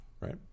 right